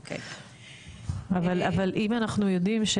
אבל אם אנחנו יודעים,